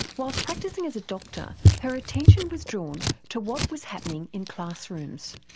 whilst practising as a doctor, her attention was drawn to what was happening in classrooms.